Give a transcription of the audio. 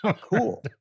Cool